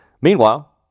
Meanwhile